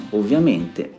ovviamente